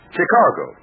Chicago